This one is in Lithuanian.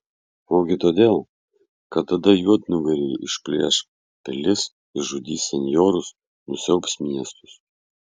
ogi todėl kad tada juodnugariai išplėš pilis išžudys senjorus nusiaubs miestus